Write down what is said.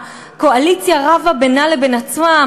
הקואליציה רבה בינה לבין עצמה,